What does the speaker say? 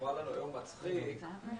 שנשמע לנו היום מצחיק, אנחנו